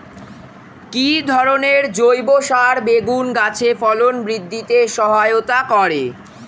কি ধরনের জৈব সার বেগুন গাছে ফলন বৃদ্ধিতে সহায়তা করে?